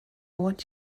want